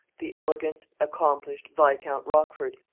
the elegant, accomplished, viscount rochford,